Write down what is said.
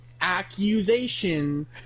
accusation